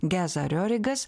geza riohrigas